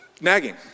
nagging